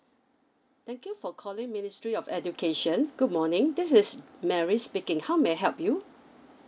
thank you for calling ministry of education good morning this is mary speaking how may I help you